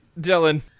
Dylan